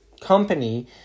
company